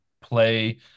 play